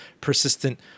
persistent